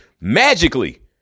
magically